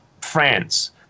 France